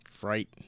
Fright